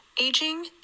Aging